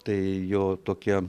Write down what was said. tai jo tokia